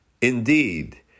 Indeed